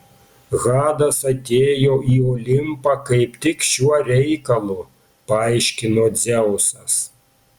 hadas atėjo į olimpą kaip tik šiuo reikalu paaiškino dzeusas